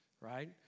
Right